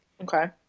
Okay